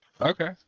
Okay